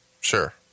Sure